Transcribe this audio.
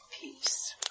peace